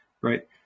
Right